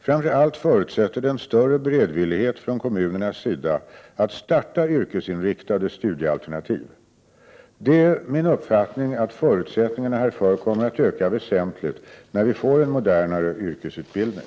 Framför allt förutsätter det en större beredvillighet från kommunernas sida att starta yrkesinriktade studiealternativ. Det är min uppfattning att förutsättningarna härför kommer att öka väsentligt när vi får en modernare yrkesutbildning.